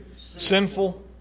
sinful